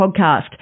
Podcast